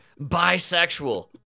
bisexual